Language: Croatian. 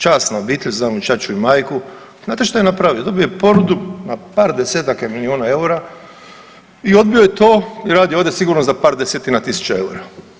Časna obitelj, znam mu ćaću i majku, znate šta je napravio, dobio je ponudu na par desetaka milijuna eura i odbio je to i radi ovdje sigurno za par desetina tisuća eura.